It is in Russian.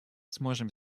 сможем